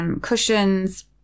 cushions